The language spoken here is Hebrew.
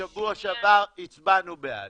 בשבוע שעבר הצבענו בעד